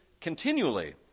continually